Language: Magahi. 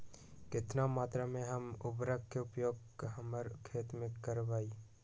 कितना मात्रा में हम उर्वरक के उपयोग हमर खेत में करबई?